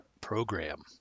Program